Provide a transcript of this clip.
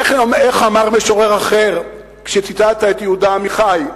איך אמר משורר אחר, ציטטת את יהודה עמיחי?